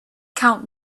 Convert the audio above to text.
count